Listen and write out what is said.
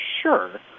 sure